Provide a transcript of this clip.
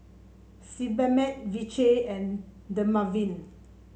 Sebamed Vichy and Dermaveen